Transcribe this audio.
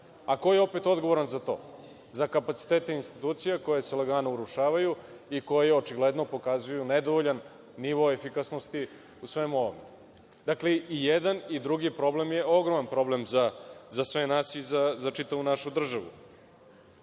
Ko je opet odgovoran za to, za kapacitete institucija koje se lagano urušavaju i koje očigledno pokazuju nedovoljan nivo efikasnosti u svemu ovome? Dakle, i jedan i drugi problem je ogroman problem za sve nas i za čitavu našu državu. Ono